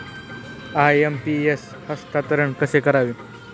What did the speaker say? IMPS हस्तांतरण कसे करावे?